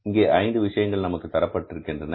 இங்கே ஐந்து விஷயங்கள் நமக்கு தரப்பட்டிருக்கின்றன